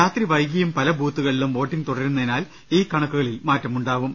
രാത്രി വൈകിയും പല ബൂത്തുകളിലും വോട്ടിംഗ് തുടരുന്നതിനാൽ ഈ കണക്കുകളിൽ മാറ്റമുണ്ടാവും